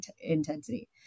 intensity